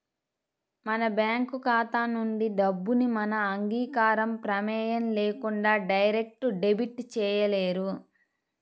మన బ్యేంకు ఖాతా నుంచి డబ్బుని మన అంగీకారం, ప్రమేయం లేకుండా డైరెక్ట్ డెబిట్ చేయలేరు